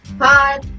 Hi